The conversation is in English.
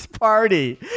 party